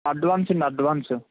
advance అండి advance